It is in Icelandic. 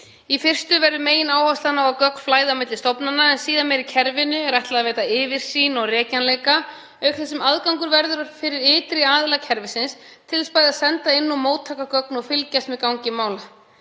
Í fyrstu verður megináherslan á að gögn flæði á milli stofnana en síðar meir í kerfinu og er ætlað að veita yfirsýn og rekjanleika auk þess sem aðgangur verður fyrir ytri aðila kerfisins til þess bæði að senda inn og móttaka gögn og fylgjast með gangi mála.